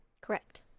Correct